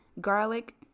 garlic